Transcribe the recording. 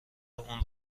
اون